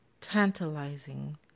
tantalizing